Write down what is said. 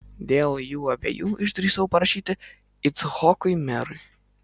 dėl jų abiejų išdrįsau parašyti icchokui merui